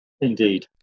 Indeed